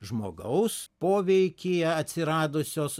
žmogaus poveikyje atsiradusios